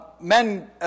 men